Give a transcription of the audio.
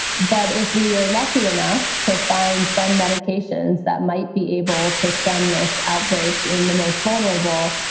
but if we are lucky enough to find some medications that might be able to stem this outbreak in the most vulnerable,